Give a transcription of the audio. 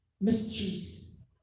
mysteries